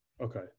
Okay